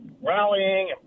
rallying